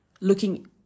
looking